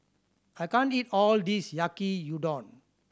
I can't eat all of this Yaki Udon